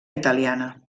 italiana